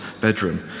bedroom